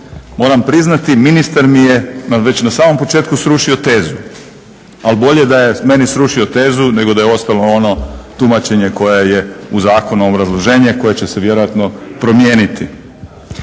Moram priznati ministar mi je već na samom početku srušio tezu. Ali bolje da je meni srušio tezu nego da je ostalo ono tumačenje koje je u zakonu obrazloženje koje će se vjerojatno promijeniti.